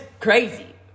crazy